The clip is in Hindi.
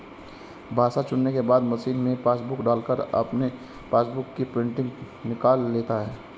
भाषा चुनने के बाद मशीन में पासबुक डालकर अपने पासबुक की प्रिंटिंग निकाल लेता है